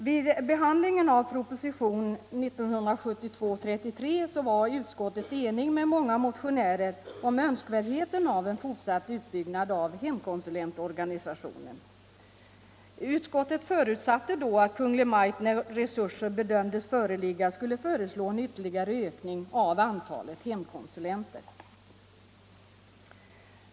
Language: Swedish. Vid behandlingen av propositionen 1972:33 var utskottet enigt med många motionärer om önskvärdheten av en fortsatt utbyggnad av hemkonsulentorganisationen. Utskottet förutsatte då att Kungl. Maj:t när resurser bedömdes föreligga skulle föreslå en ytterligare ökning av antalet hemkonsulenter.